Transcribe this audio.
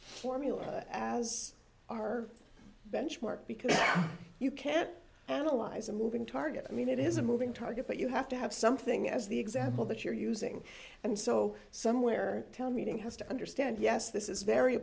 formula as our benchmark because you can't analyze a moving target i mean it is a moving target but you have to have something as the example that you're using and so somewhere tell meeting has to understand yes this is